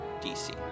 DC